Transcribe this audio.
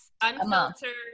unfiltered